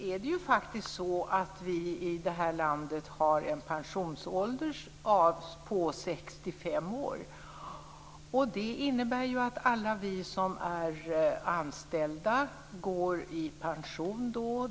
Fru talman! I det här landet ligger faktiskt pensionsåldern vid 65 år. Det innebär att alla vi som är anställda går i pension då.